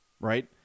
right